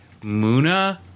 Muna